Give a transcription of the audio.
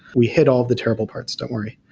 we hit all the terrible parts, don't worry.